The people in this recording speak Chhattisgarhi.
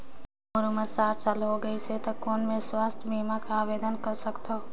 मोर उम्र साठ साल हो गे से त कौन मैं स्वास्थ बीमा बर आवेदन कर सकथव?